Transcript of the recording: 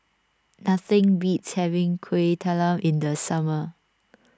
nothing beats having Kuih Talam in the summer